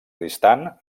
distant